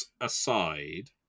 aside